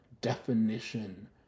definition